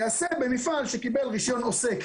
ואז: יעשה במפעל אשר קיבל רישיון עוסק,